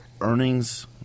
earnings